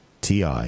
Ti